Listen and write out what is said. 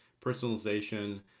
personalization